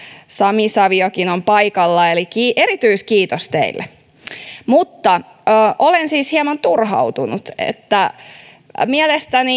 sami saviokin on paikalla eli erityiskiitos teille olen siis hieman turhautunut mielestäni